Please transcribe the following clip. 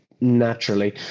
naturally